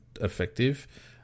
effective